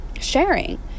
sharing